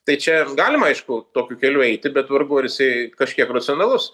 tai čia galima aišku tokiu keliu eiti bet vargu ar jisai kažkiek racionalus